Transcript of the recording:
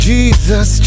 Jesus